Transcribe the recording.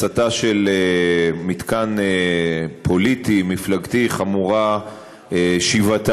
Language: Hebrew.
הצתה של מתקן פוליטי, מפלגתי, חמורה שבעתיים.